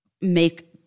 make